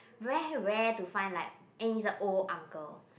very rare to find like and he's a old uncle